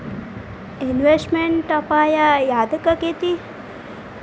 Investment ಅಪಾಯಾ ಯದಕ ಅಕ್ಕೇತಿ?